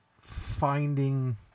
finding